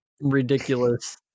ridiculous